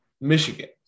Michigan